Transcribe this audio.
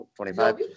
25